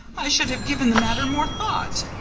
i should have given the matter more thought.